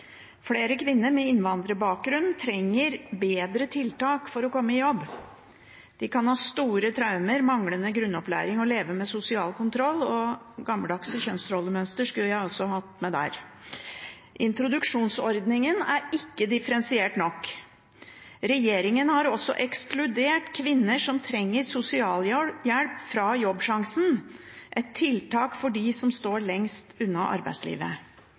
Flere kvinner med innvandrerbakgrunn trenger bedre tiltak for å få jobb. De kan ha store traumer, manglende grunnopplæring og leve med sosial kontroll. Introduksjonsordningen er ikke differensiert nok for alle. Regjeringen har også ekskludert kvinner som trenger sosialhjelp fra Jobbsjansen; et tiltak for de som står lengst unna arbeidslivet.